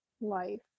life